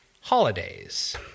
holidays